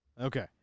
Okay